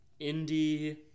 indie